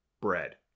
bread